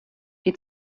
die